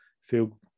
feel